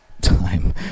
time